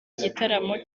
igitaramo